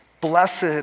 Blessed